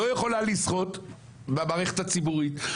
לא יכולה לשחות במערכת הציבורית,